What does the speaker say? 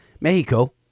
Mexico